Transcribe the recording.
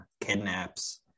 kidnaps